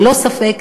ללא ספק,